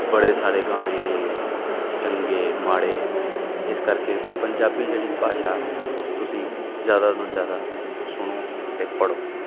ਬੜੇ ਸਾਰੇ ਗਾਣੇ ਨੇ ਚੰਗੇ ਮਾੜੇ ਇਸ ਕਰਕੇ ਪੰਜਾਬੀ ਜਿਹੜੀ ਭਾਸ਼ਾ ਤੁਸੀਂ ਜ਼ਿਆਦਾ ਤੋਂ ਜ਼ਿਆਦਾ ਸੁਣੋ ਅਤੇ ਪੜੋ